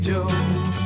Joe